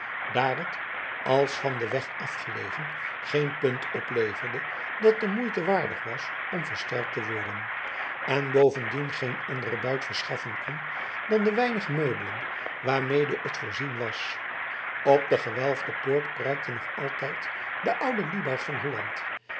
daar het als van den weg af gelegen geen punt opleverde dat de moeite waardig was om versterkt te worden en bovendien geen anderen buit verschaffen kon dan de weinige meubelen waarmede het voorzien was op de gewelfde poort prijkte nog altijd de oude liebaard van holland